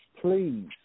Please